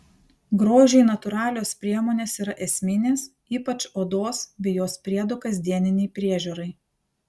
grožiui natūralios priemonės yra esminės ypač odos bei jos priedų kasdieninei priežiūrai